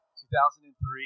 2003